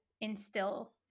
instill